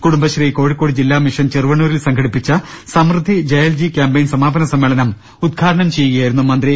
കുടുംബശ്രീ കോഴിക്കോട് ജില്ലാ മിഷൻ ചെറുവണ്ണൂരിൽ സംഘടിപ്പിച്ച സമൃദ്ധി ജെ എൽ ജി ക്യാമ്പയിൻ സമാപന സമ്മേളനം ഉദ്ഘാടനം ചെയ്യുകയായിരുന്നു മന്ത്രി